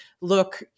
look